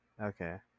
Okay